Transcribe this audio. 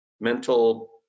mental